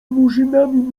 murzynami